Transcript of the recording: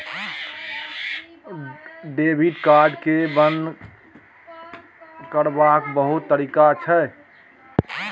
debit card केँ बंद करबाक बहुत तरीका छै